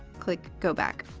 click go back.